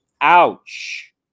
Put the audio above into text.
Ouch